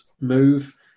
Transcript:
move